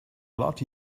lot